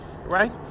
Right